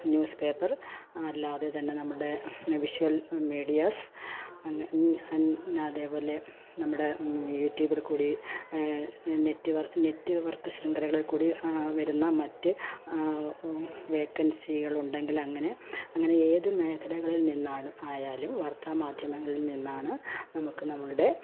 news paper അല്ലാതെ തന്നെ നമ്മുടെ വിശ്വൽ മീഡിയാസ് അതേപോലെ നമ്മുടെ യൂട്യൂബിൽ കൂടി നെറ്റ്വർക്ക് ശൃംഖലകളിൽ കൂടി വരുന്ന മറ്റ് വേക്കൻസികളുണ്ടെങ്കിൽ അങ്ങനെ അങ്ങനെ ഏത് മേഖലകളിൽ നിന്നായാലും വാർത്താ മാധ്യമങ്ങളിൽ നിന്നാണ് നമുക്ക് നമ്മളുടെ